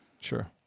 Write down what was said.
Sure